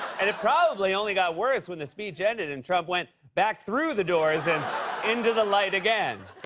and it probably only got worse when the speech ended and trump went back through the doors and into the light again.